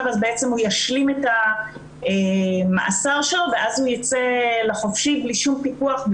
אז בעצם הוא ישלים את המאסר שלו ואז הוא ייצא לחופשי בלי שום פיקוח,